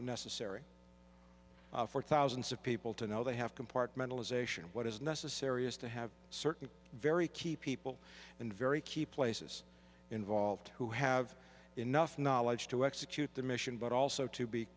necessary for thousands of people to know they have compartmentalization what is necessary is to have certain very key people in very key places involved who have enough knowledge to execute the mission but also to be